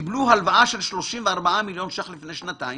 קיבלו הלוואה של 34 מיליון ₪ לפני שנתיים?